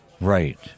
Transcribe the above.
Right